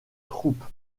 troupe